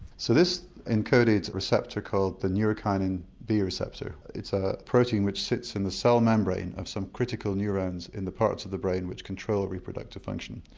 so this encoded receptor is called the neurokinin b receptor. it's a protein which sits in the cell membrane of some critical neurones in the parts of the brain which control reproductive function.